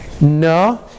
no